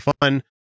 fun